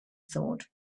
thought